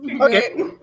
Okay